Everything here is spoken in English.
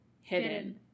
hidden